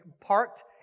parked